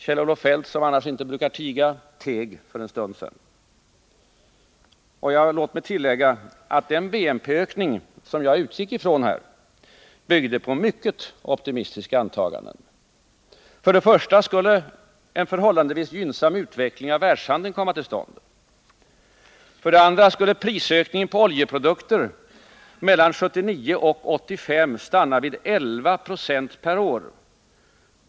Kjell-Olof Feldt, som annars inte brukar göra det teg hans också. Låt mig tillägga att den BNP-ökning som jag utgick från byggde på mycket optimistiska antaganden. För det första skulle en förhållandevis gynnsam utveckling av världshandeln komma till stånd. För det andra skulle prisökningen på oljeprodukter mellan 1979 och 1985 stanna vid 11 96 per år.